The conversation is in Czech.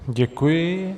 Děkuji.